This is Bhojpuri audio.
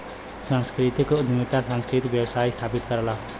सांस्कृतिक उद्यमिता सांस्कृतिक व्यवसाय स्थापित करला